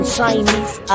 Chinese